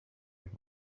have